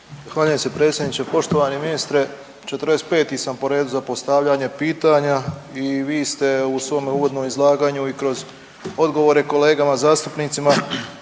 Zahvaljujem se predsjedniče. Poštovani ministre 45 sam po redu za postavljanje pitanje i vi ste u svom uvodnom izlaganju i kroz odgovore kolegama zastupnicama